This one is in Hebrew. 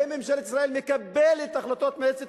האם ממשלת ישראל מקבלת את החלטת מועצת